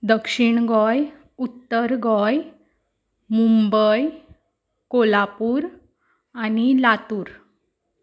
दक्षीण गोंय उत्तर गोंय मुंबय कोल्हापूर आनी लातूर